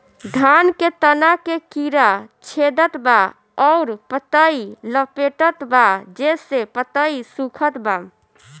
धान के तना के कीड़ा छेदत बा अउर पतई लपेटतबा जेसे पतई सूखत बा?